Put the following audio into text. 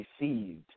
received